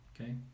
okay